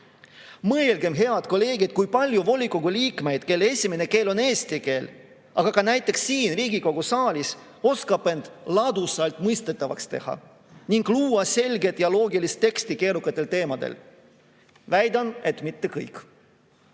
Mõelgem, head kolleegid, kui paljud volikogu liikmed, kelle esimene keel on eesti keel, aga ka inimesed näiteks siin Riigikogu saalis oskavad end ladusalt mõistetavaks teha ning luua selget ja loogilist teksti keerukatel teemadel! Väidan, et mitte kõik.